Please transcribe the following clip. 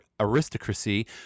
aristocracy